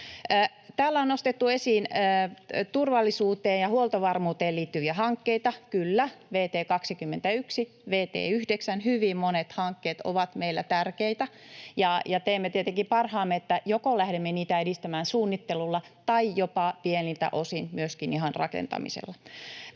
Täällä on nostettu esiin turvallisuuteen ja huoltovarmuuteen liittyviä hankkeita. Kyllä, vt 21, vt 9, hyvin monet hankkeet ovat meillä tärkeitä. Ja teemme tietenkin parhaamme, että joko lähdemme niitä edistämään suunnittelulla tai jopa pieniltä osin myöskin ihan rakentamisella.